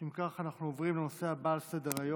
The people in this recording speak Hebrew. אם כך, אנחנו עוברים לנושא הבא על סדר-היום: